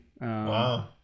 Wow